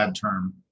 term